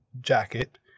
jacket